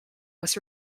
was